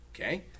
Okay